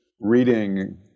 reading